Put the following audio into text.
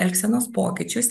elgsenos pokyčius